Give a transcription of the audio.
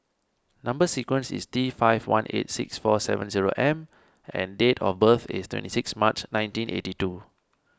Number Sequence is T five one eight six four seven zero M and date of birth is twenty six March nineteen eighty two